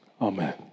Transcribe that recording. Amen